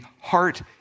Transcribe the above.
heart